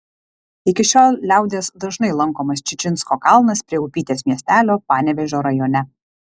iki šiol liaudies dažnai lankomas čičinsko kalnas prie upytės miestelio panevėžio rajone